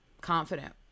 confident